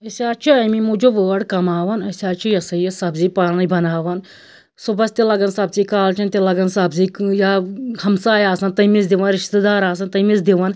أسۍ حظ چھِ اَمے موٗجوب وٲر کماوان أسۍ حظ چھِ یہِ ہَسا یہِ سبزی پانٔے بناوان صُبحس تہِ لگان سبزی کالچَن تہِ لگان سبزی یا ہَمساے آسان تٔمس دِوان رِشتہ دار آسان تٔمس دِوان